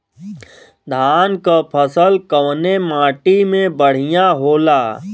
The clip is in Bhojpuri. धान क फसल कवने माटी में बढ़ियां होला?